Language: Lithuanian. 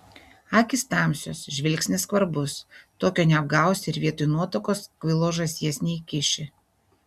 akys tamsios žvilgsnis skvarbus tokio neapgausi ir vietoj nuotakos kvailos žąsies neįkiši